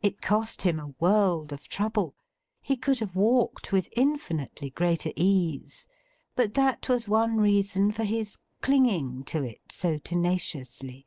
it cost him a world of trouble he could have walked with infinitely greater ease but that was one reason for his clinging to it so tenaciously.